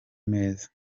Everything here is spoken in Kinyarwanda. meza